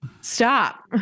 Stop